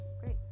great